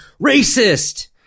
racist